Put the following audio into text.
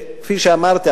כפי שאמרתי,